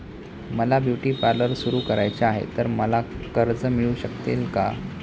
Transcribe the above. मला beauty parlour सुरू करायचे आहे तर मला कर्ज मिळू शकेल का?